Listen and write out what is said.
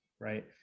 right